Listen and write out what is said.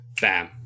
bam